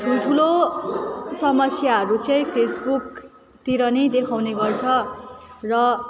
ठुल ठुलो समस्याहरू चाहिँ फेसबुकतिर नै देखाउने गर्छ र